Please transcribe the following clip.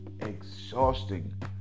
exhausting